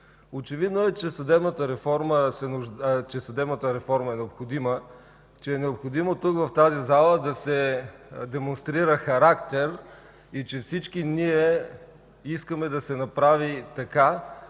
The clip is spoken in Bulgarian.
Очевидно е, че съдебната реформа е необходима, че е необходимо тук, в тази зала да се демонстрира характер и че всички ние искаме да се направи така,